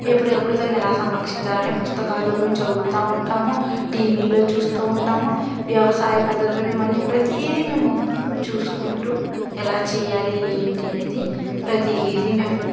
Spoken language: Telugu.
ఎప్పటికప్పుడు దాన్ని ఎలా సంరక్షించాలని పుస్తకాలలో మేము చదువుతూ ఉంటాము టీవీల్లో చూస్తూ ఉంటాము వ్యవసాయ పద్ధతులను మేము అన్నీ ప్రతీదీ మేము చూసుకుంటూ ఎలా చేయాలి ఏంటి అనేది ప్రతీ ఇది మేము